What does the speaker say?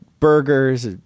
Burgers